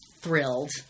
thrilled